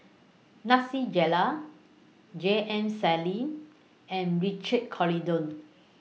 Nasir Jalil J M Sali and Richard Corridon